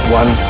one